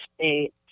State